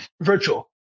virtual